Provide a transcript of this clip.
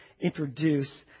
introduce